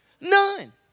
None